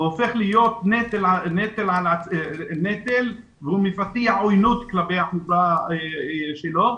הוא הופך להיות נטל והוא מפתח עויינות כלפי החברה שלו.